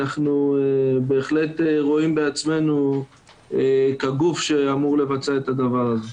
אנחנו בהחלט רואים בעצמנו כגוף שאמור לבצע את הדבר הזה.